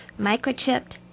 microchipped